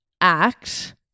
act